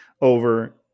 over